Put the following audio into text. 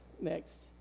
Next